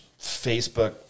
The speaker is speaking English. Facebook